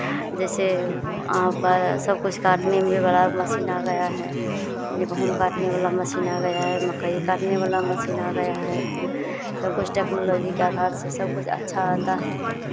जैसे बड़ सब कुछ काटने में बड़ा मशीन आ गया है ये गेहूँ काटने वाला मशीन आ गया है मकई काटने वाला मशीन आ गया है तो सब कुछ टेक्नोलॉजी के आधार से सब कुछ अच्छा आता है